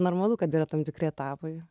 normalu kad yra tam tikri etapai